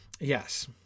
Yes